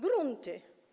Grunty.